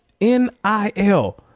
N-I-L